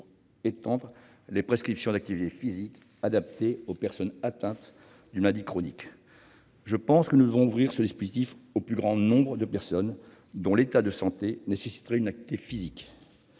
étendre les prescriptions d'activité physique adaptée aux personnes atteintes d'une maladie chronique. Je pense que nous devons ouvrir ce dispositif au plus grand nombre possible de personnes dont l'état de santé nécessiterait la pratique d'une activité physique.